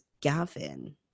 Gavin